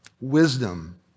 Wisdom